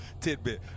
tidbit